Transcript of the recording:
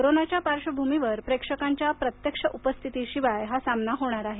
कोरोनाच्या पार्श्वभूमीवर प्रेक्षकांच्या प्रत्यक्ष उपस्थिती शिवाय हा सामना होणार आहे